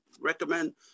recommend